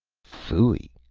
phooey.